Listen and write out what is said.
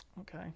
Okay